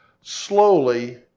slowly